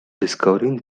discovering